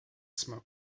smoke